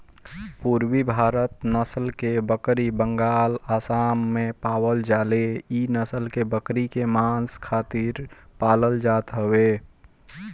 पुरबी भारत नसल के बकरी बंगाल, आसाम में पावल जाले इ नसल के बकरी के मांस खातिर पालल जात हवे